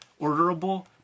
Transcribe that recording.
orderable